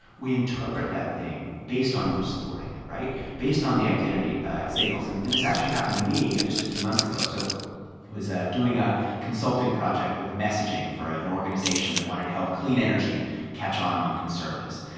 we interpret that thing based on who's supporting it right? based on the identity identity it signals. and and this actually happened to me just a few months ago. so was doing a consulting project with messaging for an organization that wanted help clean energy catch on among conservatives.